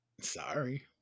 Sorry